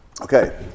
okay